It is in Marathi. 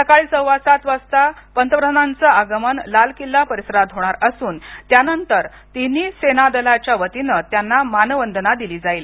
सकाळी सव्वासात वाजता पंतप्रधानांच आगमन लाल किल्ला परिसरात होणार असून त्यानंतर तिन्ही सेना दलाच्या वतीने त्यांना मानवंदना दिली जाईल